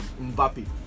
Mbappe